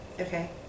Okay